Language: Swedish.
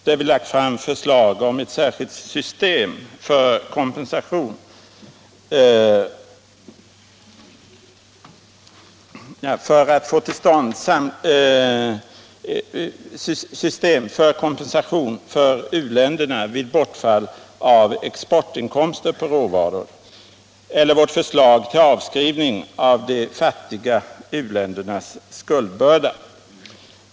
Vi har lagt fram förslag om ett särskilt system för kompensation för u-länderna vid bortfall av exportinkomster på råvaror och om avskrivning av de fattiga u-ländernas skuldbörda.